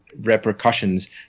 repercussions